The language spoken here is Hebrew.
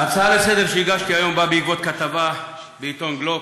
ההצעה לסדר-היום שהגשתי היום באה בעקבות כתבה בעיתון "גלובס".